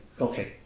okay